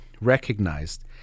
recognized